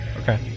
Okay